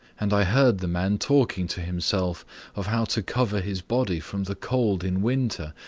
and i heard the man talking to himself of how to cover his body from the cold in winter,